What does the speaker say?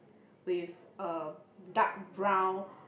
with a dark brown